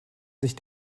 sich